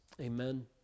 amen